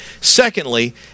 Secondly